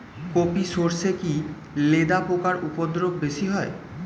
কোপ ই সরষে কি লেদা পোকার উপদ্রব বেশি হয়?